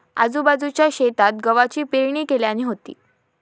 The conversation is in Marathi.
आजूबाजूच्या शेतात गव्हाची पेरणी केल्यानी होती